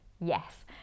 yes